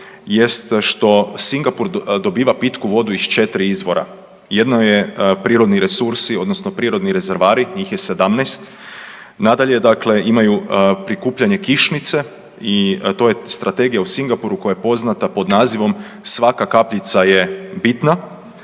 jeste što Singapur dobiva pitku vodu iz četiri izvora. Jedno je prirodni resursi odnosno prirodni rezervoari, njih je 17, nadalje dakle imaju prikupljanje kišnice i to je strategija u Singapuru koja je poznat pod nazivom „svaka kapljica je bitna“,